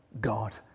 God